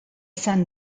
san